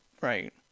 right